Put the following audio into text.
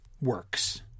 works